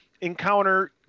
encounter